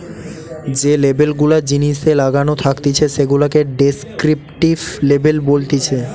যে লেবেল গুলা জিনিসে লাগানো থাকতিছে সেগুলাকে ডেস্ক্রিপটিভ লেবেল বলতিছে